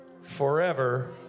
forever